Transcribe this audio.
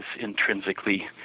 intrinsically